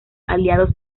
aliados